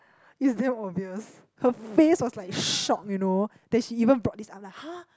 it's damn obvious her face was like shock you know that she even brought this up like har